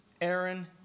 Aaron